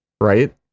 right